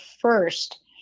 first